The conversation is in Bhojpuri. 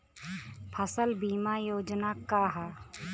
फसल बीमा योजना का ह?